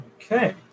Okay